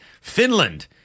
Finland